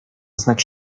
znak